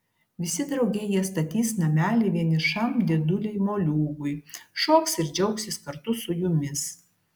visi drauge jie statys namelį vienišam dėdulei moliūgui šoks ir džiaugsis kartu su jumis